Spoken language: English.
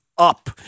Up